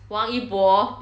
王一博